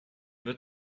wird